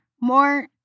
More